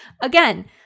again